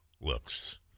looks